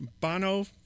Bono